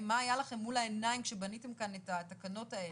מה היה לכם מול העיניים כשבניתם כאן את התקנות האלה,